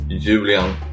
Julian